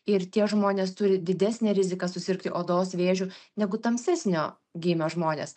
ir tie žmonės turi didesnę riziką susirgti odos vėžiu negu tamsesnio gymio žmonės